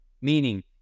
meaning